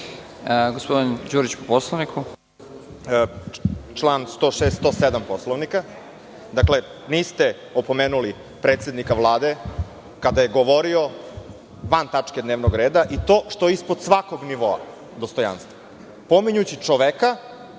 Gospodin Đurić po Poslovniku. **Bojan Đurić** Član 106. i 107. Poslovnika. Dakle, niste opomenuli predsednika Vlade kada je govorio van tačke dnevnog reda, i to što je ispod svakog nivoa dostojanstva, pominjući čoveka